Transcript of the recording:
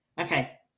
okay